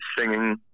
singing